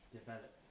develop